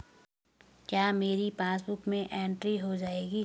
क्या मेरी पासबुक में एंट्री हो जाएगी?